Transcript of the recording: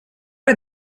are